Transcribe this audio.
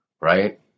right